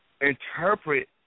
interpret